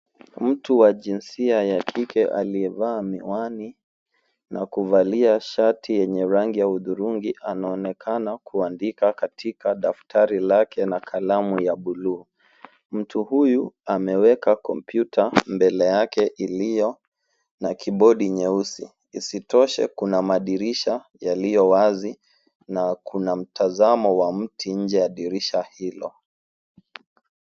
Mtu wa jinsia ya kike aliyevaa miwani, na kuvalia shati yenye rangi ya hudhurungi, anaonekana kuandika katika daftari lake na kalamu ya buluu. Mtu huyu ameweka kompyuta mbele yake iliyo na kibodi nyeusi, isitoshe kuna madirisha yaliyo wazi. Na kuna mtazamo wa mti nje ya dirisha hilo.